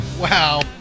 Wow